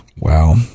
wow